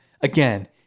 Again